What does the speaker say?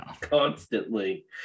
Constantly